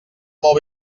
molt